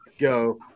go